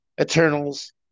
Eternals